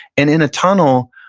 and in a tunnel,